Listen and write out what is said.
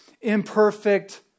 imperfect